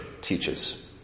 teaches